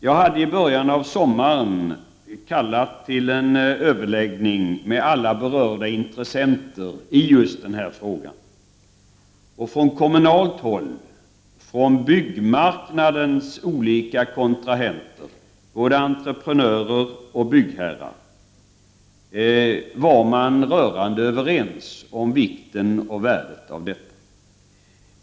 Jag kallade i början av sommaren till en överläggning med alla berörda intressenter i just denna fråga. Från kommunalt håll och bland byggmarknadens kontrahenter, både entreprenörer och byggherrar, var man rörande överens om vikten och värdet av detta.